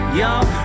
y'all